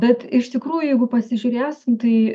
bet iš tikrųjų jeigu pasižiūrėsim tai